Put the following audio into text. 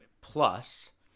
plus